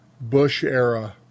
Bush-era